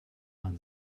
man